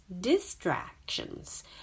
distractions